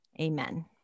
Amen